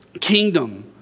kingdom